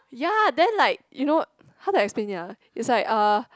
ya then like you know how to explain it ah is like uh